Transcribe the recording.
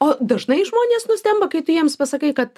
o dažnai žmonės nustemba kai tu jiems pasakai kad